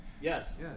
yes